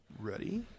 ready